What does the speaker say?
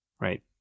right